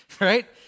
Right